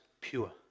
pure